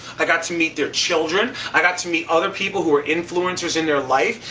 i got to meet their children. i got to meet other people who are influencers in their life.